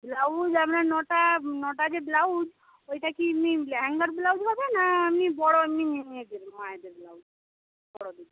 blouse আপনার নটা নটা যে ব্লাউজ ওইটা কি এমনি লেহেঙ্গার ব্লাউজ হবে না এমনি বড় এমনি মেয়ে মেয়েদের মায়েদের ব্লাউজ বড়দের